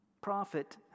prophet